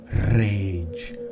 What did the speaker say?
rage